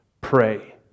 pray